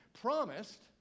promised